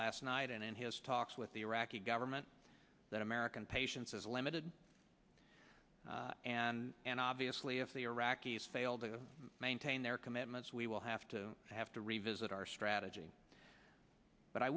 last night and in his talks with the iraqi government that american patience is limited and and obviously if the iraqis fail to maintain their commitments we will have to have to revisit our strategy but i